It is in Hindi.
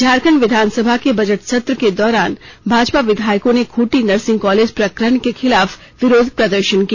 झारखंड विधानसभा के बजट सत्र के दौरान भाजपा विधायकों ने खूंटी नर्सिंग कॉलेज प्रकरण के खिलाफ विरोध प्रदर्शन किया